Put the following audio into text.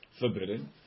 forbidden